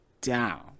down